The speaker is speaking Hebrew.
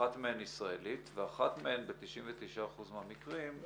שאחת מהן ישראלית ואחת מהן ב-99% מהמקרים,